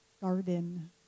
garden